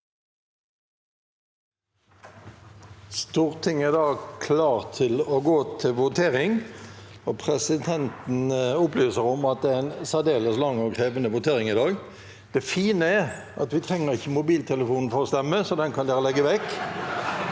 Stortinget er da klar til å gå til votering. Presidenten opplyser om at det er en særdeles lang og krevende votering i dag. Det fine er at vi ikke trenger mobiltelefonen for å stemme, så den kan dere legge vekk